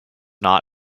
not